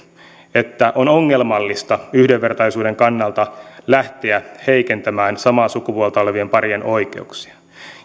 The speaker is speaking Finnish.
että on ongelmallista yhdenvertaisuuden kannalta lähteä heikentämään samaa sukupuolta olevien parien oikeuksia